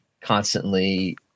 constantly